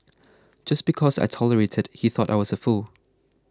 just because I tolerated he thought I was a fool